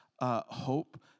hope